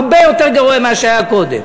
הרבה יותר גרוע ממה שהיה קודם.